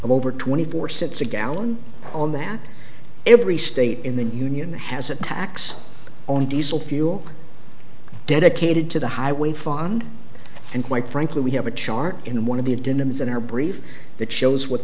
over twenty four cents a gallon on that every state in the union has a tax on diesel fuel dedicated to the highway fonde and quite frankly we have a chart in one of the adenomas in our brief that shows w